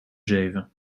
zeven